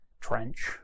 trench